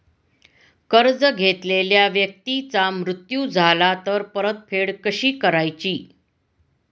कर्ज घेतलेल्या व्यक्तीचा मृत्यू झाला तर परतफेड कशी करायची?